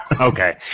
Okay